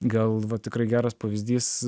gal va tikrai geras pavyzdys